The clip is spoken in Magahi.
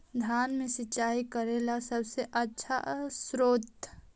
धान मे सिंचाई करे ला सबसे आछा स्त्रोत्र?